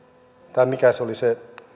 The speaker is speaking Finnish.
tai mikä se oli se